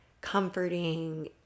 comforting